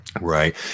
right